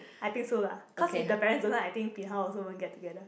I think so lah cause if the parents don't know I think Bin Hao also won't get together